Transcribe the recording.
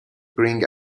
bring